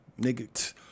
nigga